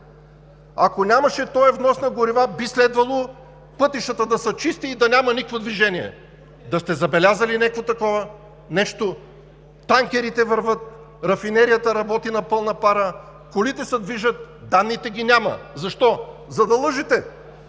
Ако нямаше този внос на горива, би следвало пътищата да са чисти и да няма никакво движение. Да сте забелязали някакво такова нещо – танкерите вървят, рафинерията работи на пълна пара, колите се движат, данните ги няма? Защо? За да лъжете